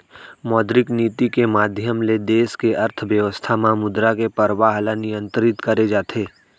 मौद्रिक नीति के माधियम ले देस के अर्थबेवस्था म मुद्रा के परवाह ल नियंतरित करे जाथे